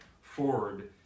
forward